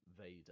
Vader